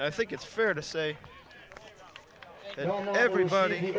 i think it's fair to say everybody